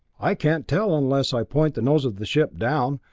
i can't tell unless i point the nose of the ship down,